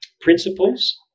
principles